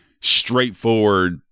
straightforward